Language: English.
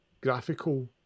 graphical